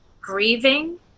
grieving